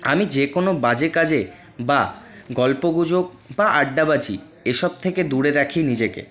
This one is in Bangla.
আমি যেকোনো বাজে কাজে বা গল্পগুজব বা আড্ডাবাজি এইসব থেকে দূরে রাখি নিজেকে